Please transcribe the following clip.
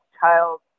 child